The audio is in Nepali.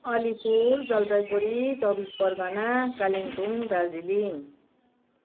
अलिपुर जलपाइगुडी चौबिस परगना कालिम्पोङ दार्जिलिङ